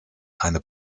eine